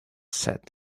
said